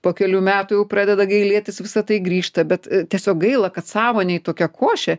po kelių metų jau pradeda gailėtis visa tai grįžta bet tiesiog gaila kad sąmonėj tokia košė